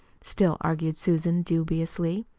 still argued susan dubiously.